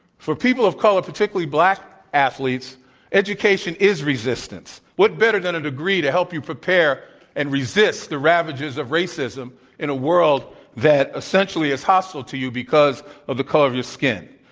for people of color, particularly black athletes education is resistance. what better than a degree to help you prepare and resist the ravages of racism in a world that essentially is hostile to you because of the color of your skin?